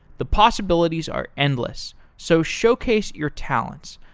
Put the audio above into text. the possibilities are endless, so showcase your talents.